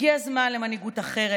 הגיע הזמן למנהיגות אחרת,